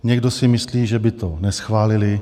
Někdo si myslí, že by to neschválili.